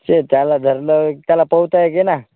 ते त्याला धरलं त्याला पोहोता येई ना